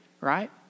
right